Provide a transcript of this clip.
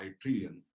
trillion